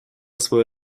свой